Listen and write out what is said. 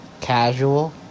casual